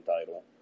title